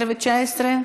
18 ו-19?